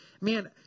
man